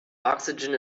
oxygen